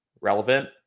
relevant